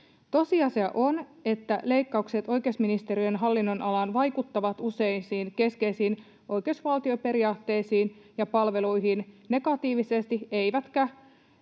Tosiasia on, että leikkaukset oikeusministeriön hallinnonalaan vaikuttavat useisiin keskeisiin oikeusvaltioperiaatteisiin ja palveluihin negatiivisesti eivätkä